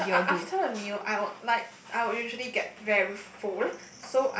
I after I after a meal I will like I will usually get very full